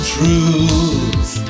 Truth